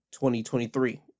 2023